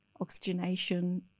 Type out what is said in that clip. oxygenation